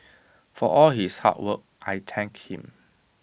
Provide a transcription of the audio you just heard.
for all his hard work I thank him